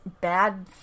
bad